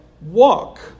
walk